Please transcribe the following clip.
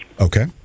Okay